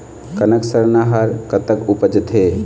कनक सरना हर कतक उपजथे?